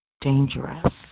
dangerous